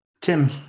tim